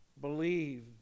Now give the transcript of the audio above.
believe